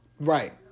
Right